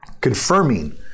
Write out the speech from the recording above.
confirming